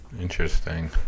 Interesting